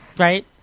Right